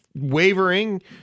wavering